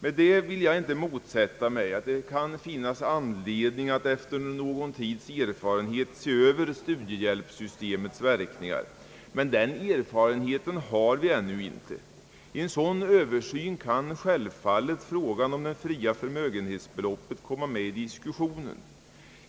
Med detta vill jag inte motsätta mig att det kan finnas anledning att efter någon tids erfarenhet se över studiehjälpssystemets verkningar, men den erfarenheten har vi ännu icke. I en sådan översyn kan självfallet frågan om det fria förmögenhetsbeloppet komma med i diskussionen.